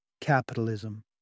capitalism